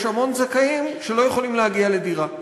יש המון זכאים שלא יכולים להגיע לדירה.